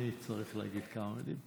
אני אצטרף להגיד כמה מילים.